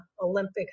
Olympic